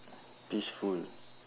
peaceful